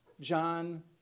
John